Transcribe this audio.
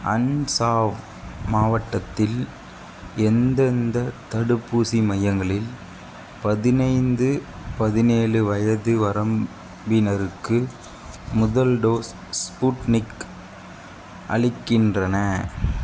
அஞ்சாவ் மாவட்டத்தில் எந்தெந்த தடுப்பூசி மையங்களில் பதினைந்து பதினேழு வயது வரம்பினருக்கு முதல் டோஸ் ஸ்புட்னிக் அளிக்கின்றன